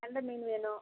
கெண்டை மீன் வேணும்